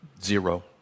Zero